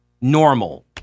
normal